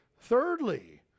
Thirdly